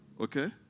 Okay